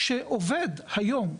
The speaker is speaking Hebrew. שעובד היום.